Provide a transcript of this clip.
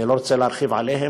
אני לא רוצה להרחיב עליהם,